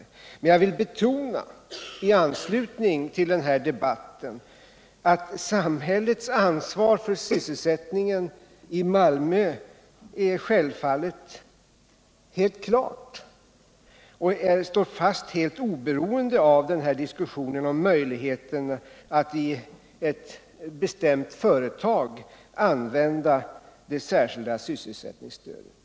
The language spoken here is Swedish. I anslutning till denna debatt vill jag alltså betona, att samhällets ansvar för sysselsättningen i Malmö är helt klart och står fast alldeles oberoende av diskussionen om möjligheterna att för ett bestämt företag använda det särskilda sysselsättningsstödet.